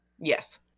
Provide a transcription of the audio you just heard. Yes